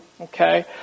Okay